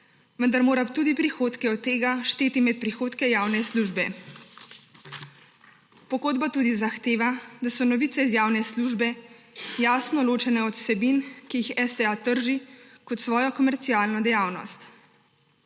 vendar mora tudi prihodke od tega šteti med prihodke javne službe. Pogodba tudi zahteva, da so novice iz javne službe jasno ločene od vsebin, ki jih STA trži kot svojo komercialno dejavnost.